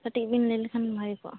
ᱠᱟᱹᱴᱤᱡ ᱵᱮᱱ ᱞᱟᱹᱭ ᱞᱮᱠᱷᱟᱱ ᱵᱷᱟᱹᱜᱤ ᱠᱚᱜᱼᱟ